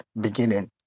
beginning